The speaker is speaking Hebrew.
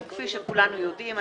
אז כפי שכולנו יודעים,